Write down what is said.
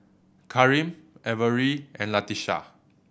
Karim Averi and Latesha